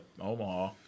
Omaha